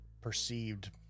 perceived